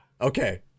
Okay